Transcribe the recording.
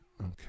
Okay